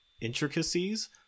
intricacies